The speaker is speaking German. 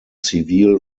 zivil